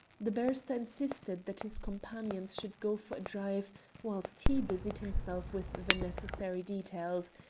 the barrister insisted that his companions should go for a drive whilst he busied himself with the necessary details,